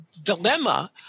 dilemma